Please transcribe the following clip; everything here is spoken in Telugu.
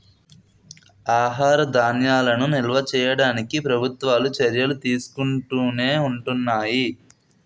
ఆహార ధాన్యాలను నిల్వ చేయడానికి ప్రభుత్వాలు చర్యలు తీసుకుంటునే ఉంటున్నాయి